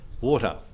Water